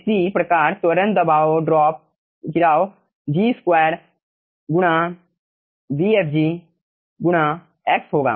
इसी प्रकार त्वरण दबाव ड्रॉप G2 गुणा vfg गुणा x होगा